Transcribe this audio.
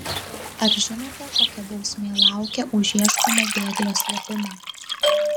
ar žinote kokia bausmė laukia už ieškomo bėglio slėpimą